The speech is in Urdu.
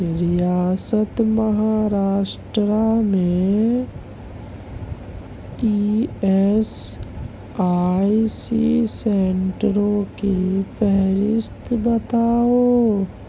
ریاست مہاراشٹرا میں ای ایس آئی سی سنٹروں کی فہرست بتاؤ